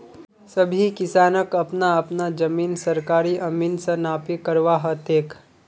सभी किसानक अपना अपना जमीन सरकारी अमीन स नापी करवा ह तेक